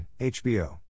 HBO